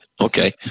Okay